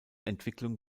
entwicklung